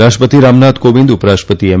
રાષ્ટ્રપતિ રામનાથ કોવિંદ ઉપરાષ્ટ્રપતિ એમ